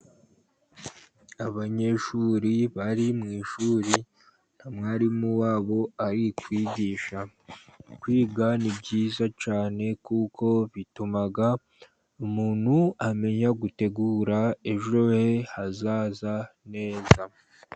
Abanyeshuri bari mu ishuri, na mwarimu wabo ari kwigisha. Kwiga ni byiza cyane, kuko bituma umuntu amenya gutegura ejo he hazaza neza.